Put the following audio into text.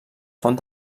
font